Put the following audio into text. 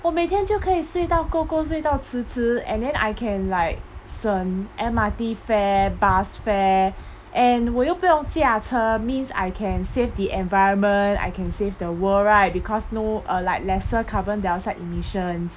我每天就可以睡到够够睡到迟迟 and then I can like 省 mrt fare bus fare and 我又不用驾车 means I can save the environment I can save the world right because no uh like lesser carbon dioxide emissions